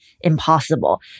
impossible